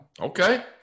Okay